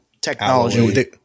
technology